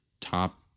top